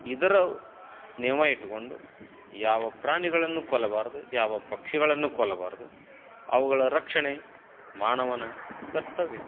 ಇದರ ನೆವ ಇಟ್ಕೊಂಡು ಯಾವ ಪ್ರಾಣಿಗಳನ್ನೂ ಕೊಲ್ಲಬಾರದು ಯಾವ ಪಕ್ಷಿಗಳನ್ನೂ ಕೊಲ್ಲಬಾರದು ಅವುಗಳ ರಕ್ಷಣೆ ಮಾನವನ ಕರ್ತವ್ಯ